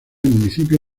municipio